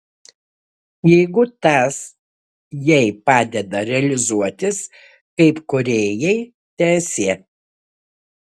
jeigu tas jai padeda realizuotis kaip kūrėjai teesie